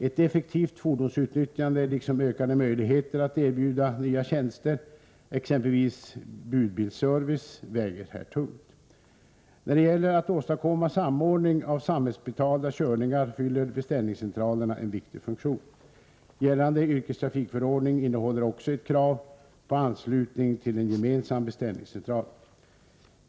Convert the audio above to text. Ett effektivt fordonsutnyttjande liksom ökade möjligheter att erbjuda nya tjänster, exempelvis budbilsservice, väger här tungt. När det gäller att åstadkomma samordning av samhällsbetalda körningar fyller beställningscentralerna en viktig funktion. — Gällande yrkestrafikförordning innehåller också ett krav på anslutning till en gemensam beställningscentral.